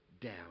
down